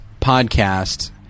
podcast